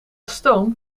stoom